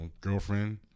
girlfriend